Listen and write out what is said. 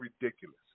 ridiculous